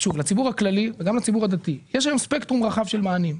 לציבור הכללי וגם לציבור הדתי יש היום ספקטרום רחב של מענים,